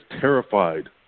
terrified